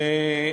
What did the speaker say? כן.